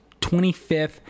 25th